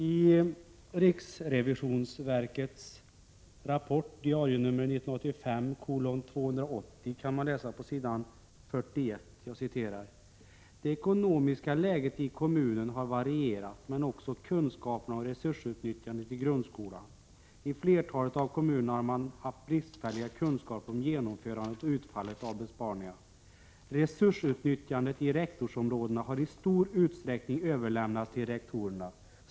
I riksrevisionsverkets rapport med diarienummer 1985:280 kan man på s. 41 läsa: ”Det ekonomiska läget i kommunerna har varierat men också kunskaperna om resursutnyttjandet i grundskolan. I flertalet av kommunerna har man haft bristfälliga kunskaper om genomförandet och utfallet av besparingarna. Resursutnyttjandet i rektorsområdena har i stor utsträckning överlämnats till rektorerna.